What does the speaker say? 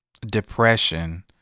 Depression